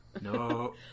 No